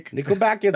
Nickelback